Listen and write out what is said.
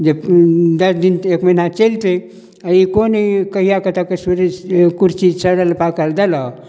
जे दश दिन एक महिना चलितै अ ई कोन ई कहिआ कतऽ के कुर्सी सड़ल पाकल देलऽ